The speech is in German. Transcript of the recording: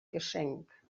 geschenk